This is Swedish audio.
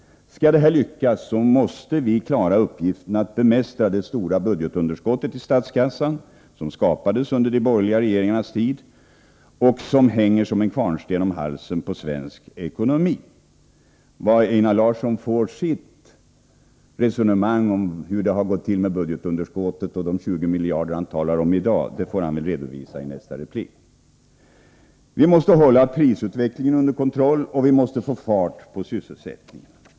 Skall detta lyckas måste vi klara uppgiften att bemästra det stora budgetunderskott i statskassan som skapades under de borgerliga regeringarnas tid, och som hänger som en kvarnsten om halsen på svensk ekonomi. Varpå Einar Larsson baserar sitt resonemang om budgetunderskottet och de 20 miljarder han talar om i dag får han redovisa i nästa replik. Vi måste hålla prisutvecklingen under kontroll, och vi måste få fart på sysselsättningen.